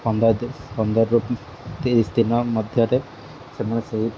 ପନ୍ଦର ଦିନ ପନ୍ଦରରୁ ତିରିଶ ଦିନ ମଧ୍ୟରେ ସେମାନେ ସେଇ